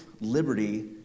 liberty